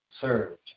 served